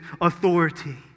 authority